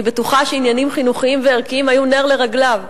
אני בטוחה שעניינים חינוכיים וערכיים היו נר לרגליו.